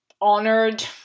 honored